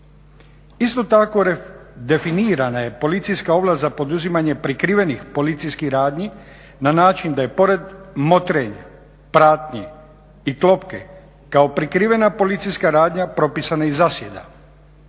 Isto tako definirana je policijska ovlast za poduzimanje prikrivenih policijskih radnji na način da je pored motrenja, pratnje i klopke kao prikrivena policijska radnja propisana i zasjeda.